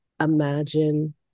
imagine